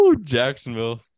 Jacksonville